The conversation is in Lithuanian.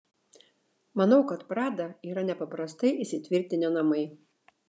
manau kad prada yra nepaprastai įsitvirtinę namai